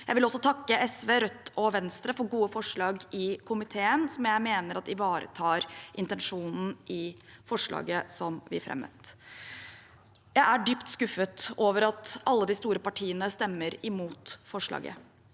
Jeg vil også takke SV, Rødt og Venstre for gode forslag i komiteen, som jeg mener ivaretar intensjonen i representantforslaget som vi fremmet. Jeg er dypt skuffet over at alle de store partiene stemmer imot forslaget.